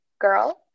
girl